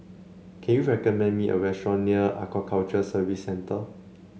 can you recommend me a restaurant near Aquaculture Service Centre